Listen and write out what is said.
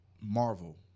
Marvel